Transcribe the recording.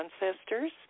ancestors